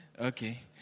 Okay